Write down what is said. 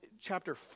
chapter